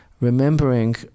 remembering